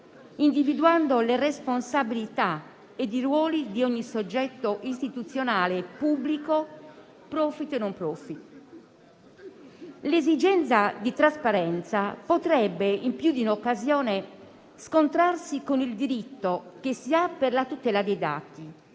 individuando le responsabilità ed i ruoli di ogni soggetto istituzionale pubblico *profit* e *non profit.* L'esigenza di trasparenza potrebbe in più di un'occasione scontrarsi con il diritto che si ha alla tutela dei dati,